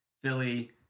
Philly